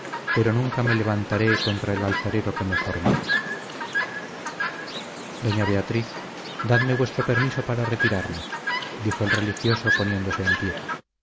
pero nunca me levantaré contra el alfarero que me formó doña beatriz dadme vuestro permiso para retirarme dijo el religioso poniéndose en pie